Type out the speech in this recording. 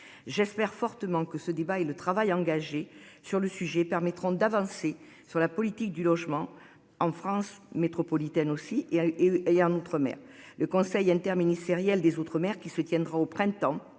J'espère fortement que ce débat et le travail engagé sur le sujet permettront d'avancer sur la politique du logement en France métropolitaine aussi et et en outre-mer le Conseil interministériel des outre-mer qui se tiendra au printemps